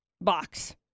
box